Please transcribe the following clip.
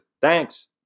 Thanks